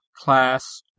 class